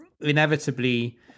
inevitably